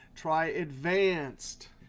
try advanced.